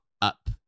up